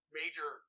major